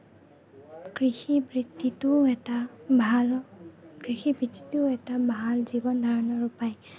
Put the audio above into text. কৃষি বৃত্তিটোও এটা ভাল কৃষি বৃত্তিটোও এটা ভাল জীৱন ধাৰণৰ উপায়